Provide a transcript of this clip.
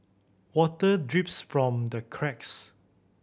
water drips from the cracks